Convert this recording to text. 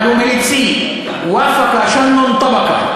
אבל הוא מליצי: ואפק שן טבקה.